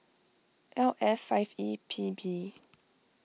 L F five E P B